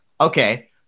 Okay